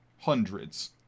Hundreds